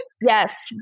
Yes